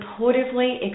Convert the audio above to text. supportively